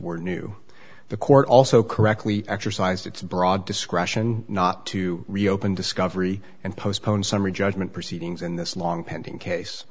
were new the court also correctly exercised its broad discretion not to reopen discovery and postpone summary judgment proceedings in this long pending case